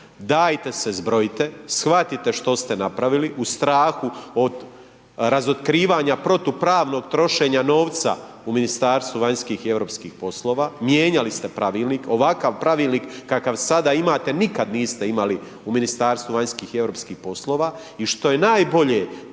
Dajte se zbrojite, shvatite što ste napravili, u strahu od razotkrivanja protupravnog trošenja novca u Ministarstvu vanjskih i europskih poslova. Mijenjali ste pravilnik. Ovakav pravilnik kakav sada imate nikad niste imali u Ministarstvu vanjskih i europskih poslova. I što je najbolje,